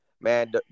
man